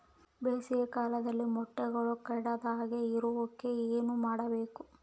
ಬೇಸಿಗೆ ಕಾಲದಲ್ಲಿ ಮೊಟ್ಟೆಗಳು ಕೆಡದಂಗೆ ಇರೋಕೆ ಏನು ಮಾಡಬೇಕು?